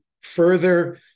further